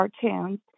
cartoons